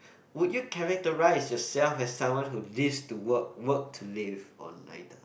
would you characterise yourself as someone who lives to work work to live or neither